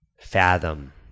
fathom